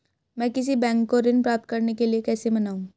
मैं किसी बैंक को ऋण प्राप्त करने के लिए कैसे मनाऊं?